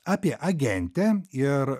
apie agentę ir